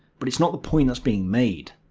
but it's not the point that's being made.